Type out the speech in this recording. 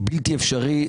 בלתי אפשרי?